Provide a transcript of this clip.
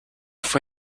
fue